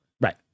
right